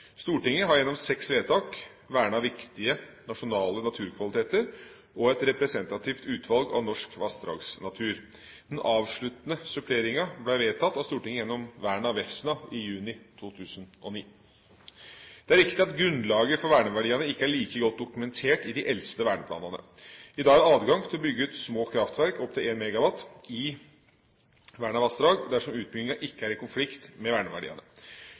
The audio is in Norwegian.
Stortinget har gjennom seks vedtak vernet viktige nasjonale naturkvaliteter og et representativt utvalg av norsk vassdragsnatur. Den avsluttende suppleringa ble vedtatt av Stortinget gjennom vern av Vefsna i juni 2009. Det er riktig at grunnlaget for verneverdiene ikke er like godt dokumentert i de eldste verneplanene. I dag er det adgang til å bygge ut små kraftverk opp til 1 MW i vernede vassdrag dersom utbygginga ikke er i konflikt med verneverdiene.